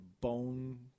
bone